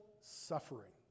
suffering